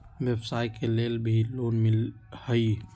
व्यवसाय के लेल भी लोन मिलहई?